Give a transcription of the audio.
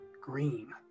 green